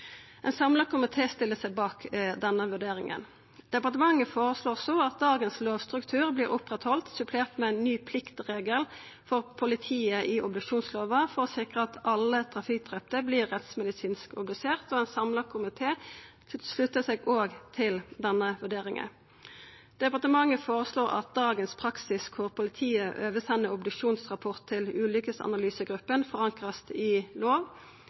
Ein samla komité stiller seg bak denne vurderinga. Departementet føreslår også at dagens lovstruktur vert oppretthalden, supplert med ein ny pliktregel for politiet i obduksjonslova til å sikra at alle trafikkdrepne vert rettsmedisinsk obduserte. Ein samla komité sluttar seg òg til denne vurderinga. Departementet føreslår at dagens praksis der politiet oversender obduksjonsrapporten til ulykkesanalysegruppa, vert forankra i lov.